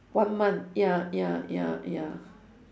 one month ya ya ya ya